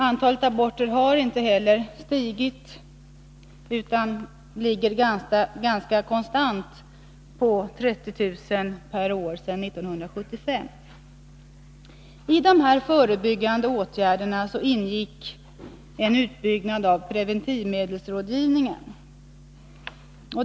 Antalet aborter har inte heller stigit utan ligger ganska konstant kring 30 000 per år sedan 1975. I dessa förebyggande åtgärder ingick en utbyggnad av preventivmedelsrådgivningen.